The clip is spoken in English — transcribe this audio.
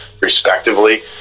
respectively